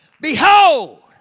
Behold